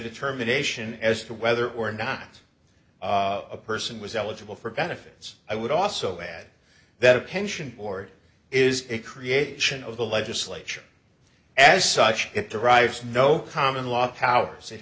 determination as to whether or not a person was eligible for benefits i would also add that pension board is a creation of the legislature as such it derives no common law powers it